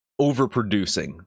overproducing